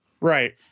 Right